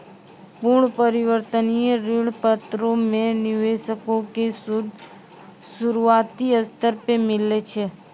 पूर्ण परिवर्तनीय ऋण पत्रो मे निवेशको के सूद शुरुआती स्तर पे मिलै छै